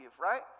right